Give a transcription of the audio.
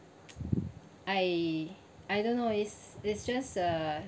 I I don't know it's it's just a